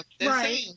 right